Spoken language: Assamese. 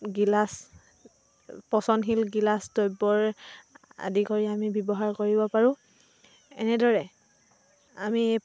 গিলাচ পচনশীল গিলাচ দ্ৰব্যৰ আদি কৰি আমি ব্যৱহাৰ কৰিব পাৰোঁ এনেদৰে আমি এই